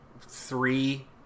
three